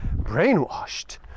brainwashed